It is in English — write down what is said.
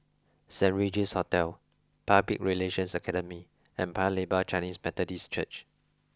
Saint Regis Hotel Public Relations Academy and Paya Lebar Chinese Methodist Church